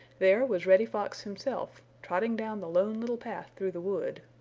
there was reddy fox himself, trotting down the lone little path through the wood.